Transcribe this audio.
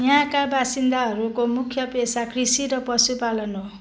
यहाँका बासिन्दाहरूको मुख्य पेसा कृषि र पशुपालन हो